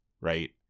Right